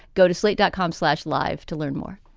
go to slate dotcom slash live to learn more